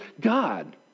God